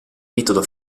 metodo